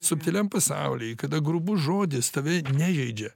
subtiliam pasauly kada grubus žodis tave nežeidžia